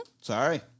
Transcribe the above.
Sorry